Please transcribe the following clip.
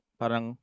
parang